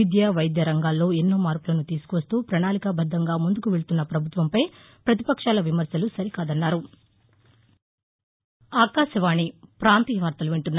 విద్య వైద్య రంగాల్లో ఎన్నో మార్పులను తీసుకొస్తూ ప్రపణాళికాబద్దంగా ముందుకు వెళ్తున్న పభుత్వంపై పతిపక్షాల విమర్భలు సరికాదన్నారు